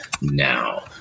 now